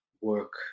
work